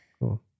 Cool